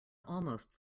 almost